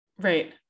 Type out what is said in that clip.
Right